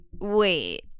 wait